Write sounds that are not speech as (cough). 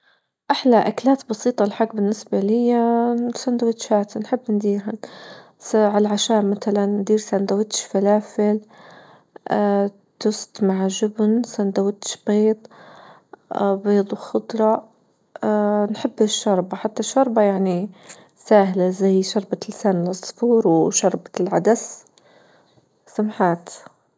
أحلى أكلات بسيطة الحج بالنسبة ليا سندوتشات نحب نديرهن سا على العشا مثلا ندير ساندويتش فلافل (hesitation) توست مع جبن سندوتش بيض (hesitation) بيض وخضرة (hesitation) نحب الشوربة يعني سهلة زي شربة لسان العصفور وشوربة العدس سمحات.